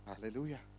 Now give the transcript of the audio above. Hallelujah